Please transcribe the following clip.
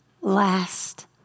last